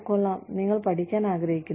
കൊള്ളാം നിങ്ങൾ പഠിക്കാൻ ആഗ്രഹിക്കുന്നു